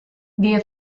this